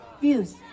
views